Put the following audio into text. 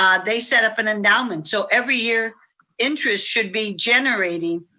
um they set up an endowment. so every year interest should be generating.